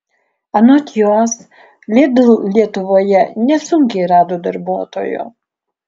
anot jos lidl lietuvoje nesunkiai rado darbuotojų